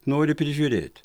nori prižiūrėt